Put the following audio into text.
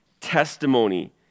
testimony